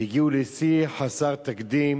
הגיעו לשיא חסר תקדים,